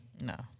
No